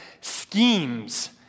schemes